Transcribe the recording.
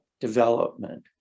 development